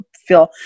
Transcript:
feel